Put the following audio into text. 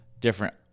different